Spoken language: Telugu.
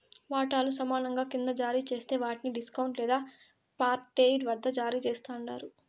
వాటాలు సమానంగా కింద జారీ జేస్తే వాట్ని డిస్కౌంట్ లేదా పార్ట్పెయిడ్ వద్ద జారీ చేస్తండారు